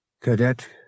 Cadet